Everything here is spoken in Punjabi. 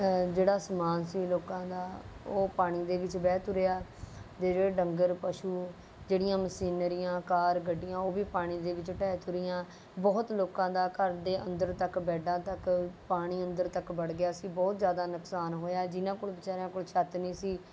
ਜਿਹੜਾ ਸਮਾਨ ਸੀ ਲੋਕਾਂ ਦਾ ਉਹ ਪਾਣੀ ਦੇ ਵਿੱਚ ਵਹਿ ਤੁਰਿਆਂ ਅਤੇ ਜਿਹੜੇ ਡੰਗਰ ਪਸ਼ੂ ਜਿਹੜੀਆਂ ਮਸ਼ੀਨਰੀਆਂ ਕਾਰ ਗੱਡੀਆਂ ਉਹ ਵੀ ਪਾਣੀ ਦੇ ਵਿੱਚ ਢਹਿ ਤੁਰੀਆਂ ਬਹੁਤ ਲੋਕਾਂ ਦਾ ਘਰ ਦੇ ਅੰਦਰ ਤੱਕ ਬੈੱਡਾਂ ਤੱਕ ਪਾਣੀ ਅੰਦਰ ਤੱਕ ਵੜ੍ਹ ਗਿਆ ਸੀ ਬਹੁਤ ਜ਼ਿਆਦਾ ਨੁਕਸਾਨ ਹੋਇਆ ਜਿਨ੍ਹਾਂ ਕੋਲ ਵਿਚਾਰਿਆ ਕੋਲ ਛੱਤ ਨਹੀਂ ਸੀ